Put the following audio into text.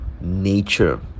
nature